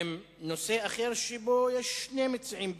עם נושא אחר שבו יש שני מציעים בלבד,